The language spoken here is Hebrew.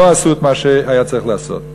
לא עשו את מה שהיה צריך לעשות.